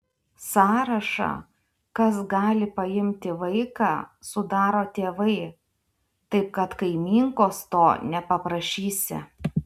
sąrašą kas gali paimti vaiką sudaro tėvai taip kad kaimynkos to nepaprašysi